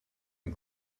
and